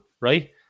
right